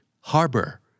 Harbor